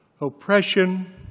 oppression